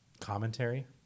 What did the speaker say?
Commentary